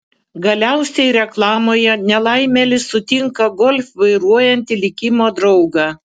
galiausiai reklamoje nelaimėlis sutinka golf vairuojantį likimo draugą